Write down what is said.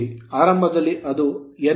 ಆರಂಭದಲ್ಲಿ ಅದು n ಆಗಿದ್ದರೆ ನಂತರ ಅದು 0